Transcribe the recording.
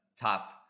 top